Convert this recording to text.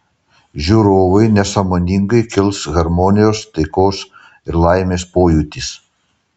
žiūrovui nesąmoningai kils harmonijos taikos ir laimės pojūtis